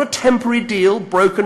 סליחה, בבקשה.